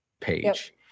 page